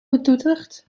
betoeterd